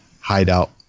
hideout